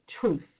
truth